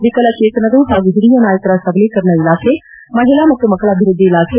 ವಿಕಲಚೇತನರು ಮತ್ತು ಹಿರಿಯ ನಾಯಕರ ಸಬಲಿಕರಣ ಇಲಾಖೆ ಮಹಿಳಾ ಮತ್ತು ಮಕ್ಕಳ ಅಭಿವೃದ್ಧಿ ಇಲಾಖೆ